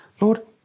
Lord